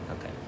Okay